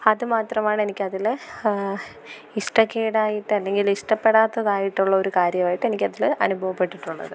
അത് മാത്രമാണ് എനിക്കതിൽ ഇഷ്ടക്കേടായിട്ടുള്ളൊരു കാര്യമായിട്ട് എനിക്കതിൽ അനുഭവപ്പെട്ടിട്ടുള്ളത്